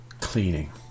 cleaning